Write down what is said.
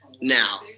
now